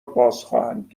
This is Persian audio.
بازخواهند